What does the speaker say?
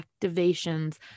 activations